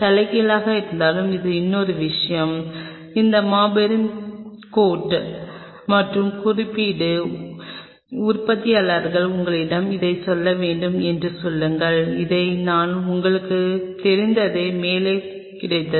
தலைகீழாக இருந்தாலும் இது இன்னொரு விஷயம் இந்த மாபெரும் கோட் மற்றும் குறியீடு உற்பத்தியாளர்கள் உங்களிடம் இதைச் சொல்ல வேண்டும் என்று சொல்லுங்கள் இதை நான் உங்களுக்குத் தெரிந்ததைப் போலவே கிடைத்தது